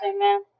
Amen